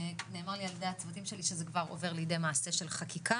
נאמר לי ע"י הצוותים שלי שזה כבר עובר לידי מעשה של חקיקה,